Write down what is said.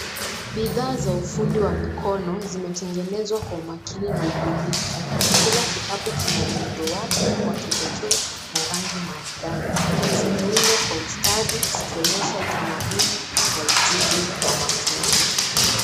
Bidhaa za ufundi wa mkono zimetengezwa kwa umakini na ubunifu. Kila kikapu kina muundo wake wa kipekee na rangi maridadi. Zimeundwa kwa ustadi, zikionesha utamaduni na ujuzi wa mafundi.